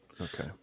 Okay